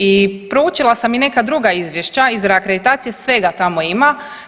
I proučila sam i neka druga izvješća iz reakreditacije, svega tamo ima.